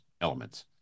elements